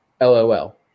LOL